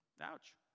Ouch